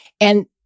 And-